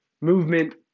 movement